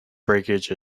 breakage